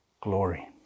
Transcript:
glory